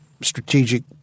strategic